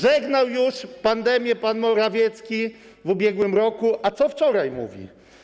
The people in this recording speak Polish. Żegnał już pandemię pan Morawiecki w ubiegłym roku, a co wczoraj mówił?